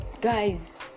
guys